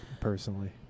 personally